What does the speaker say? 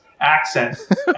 Accent